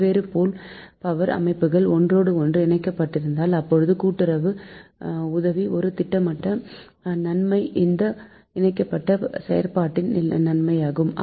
வெவ்வேறு pool power அமைப்புகள் ஒன்றோடொன்று இணைக்கப்பட்டால் அப்போது கூட்டுறவு உதவி ஒரு திட்டமிடப்பட்ட நன்மை இந்த இணைக்கப்பட்ட செயற்பாட்டின் நன்மையாகும்